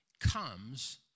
comes